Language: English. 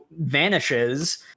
vanishes